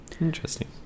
Interesting